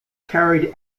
carried